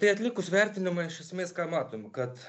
tai atlikus vertinimą iš esmės ką matom kad